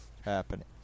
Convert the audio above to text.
happening